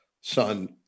son